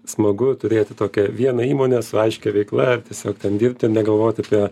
smagu turėti tokią vieną įmonę su aiškia veikla ar tiesiog ten dirbti ir negalvoti apie